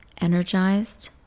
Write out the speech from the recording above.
energized